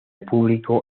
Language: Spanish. público